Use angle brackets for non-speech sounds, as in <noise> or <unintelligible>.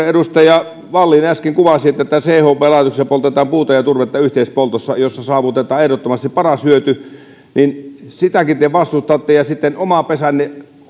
<unintelligible> edustaja wallin äsken kuvasi chp laitoksella poltetaan puuta ja turvetta yhteispoltossa jossa saavutetaan ehdottomasti paras hyöty ja sitäkin te vastustatte ja sitten oma pesänne